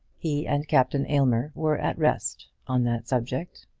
he and captain aylmer were at rest on that subject.